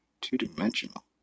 two-dimensional